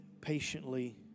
patiently